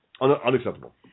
Unacceptable